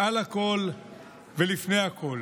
מעל הכול ולפני הכול.